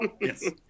Yes